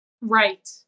Right